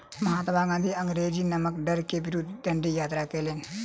महात्मा गाँधी अंग्रेजी नमक कर के विरुद्ध डंडी यात्रा कयलैन